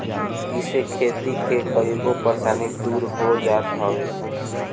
इसे खेती के कईगो परेशानी दूर हो जात हवे